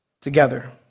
together